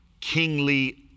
kingly